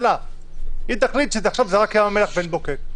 היא תחליט שזה רק ים המלח ועין בוקק,